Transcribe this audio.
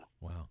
Wow